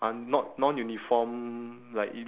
it has uh legs